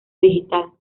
digital